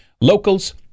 Locals